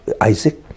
Isaac